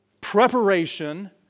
Preparation